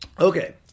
Okay